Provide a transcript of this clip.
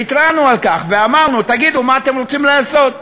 והתרענו על כך, ואמרנו: תגידו מה אתם רוצים לעשות,